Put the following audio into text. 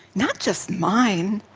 not just mine!